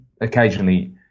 occasionally